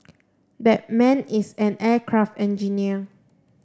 that man is an aircraft engineer